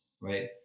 right